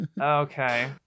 Okay